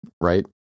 right